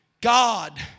God